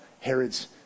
Herod's